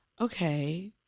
Okay